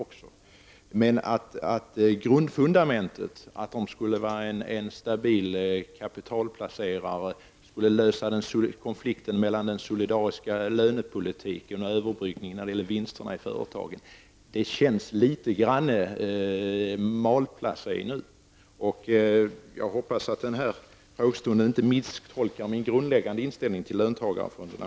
Argumentet, att löntagarfonderna skall vara en stabil kapitalplacerare och kunna lösa konflikten mellan den solidariska lönepolitiken och överbryggningen när det gäller vinsterna i företagen, känns litet malplacerat. Jag hoppas att den den här frågestunden inte får någon att misstolka min grundläggande inställning till löntagarfonderna.